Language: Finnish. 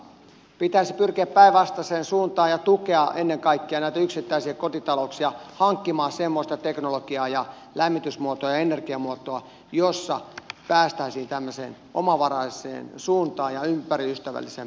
pitäisi pyrkiä päinvastaiseen suuntaan ja tukea ennen kaikkea näitä yksittäisiä kotitalouksia hankkimaan semmoista teknologiaa ja lämmitysmuotoa ja energiamuotoa jossa päästäisiin tämmöiseen omavaraiseen suuntaan ja ympäristöystävällisempään kehitykseen